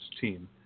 team